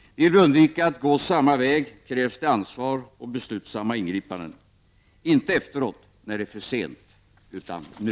Vill vi undvika att gå samma väg krävs ansvar och beslutsamma ingripanden — inte efteråt när det är för sent, utan nu.